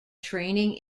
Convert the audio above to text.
training